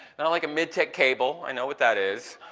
not like a mid tech cable, i know what that is,